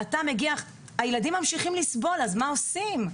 הילדים ממשיכים לסבול, מה עושים?